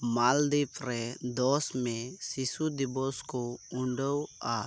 ᱢᱟᱞᱫᱤᱯ ᱨᱮ ᱫᱚᱥ ᱢᱮ ᱥᱤᱥᱩ ᱫᱤᱵᱚᱥ ᱠᱚ ᱩᱰᱟᱹᱣᱠᱜᱼᱟ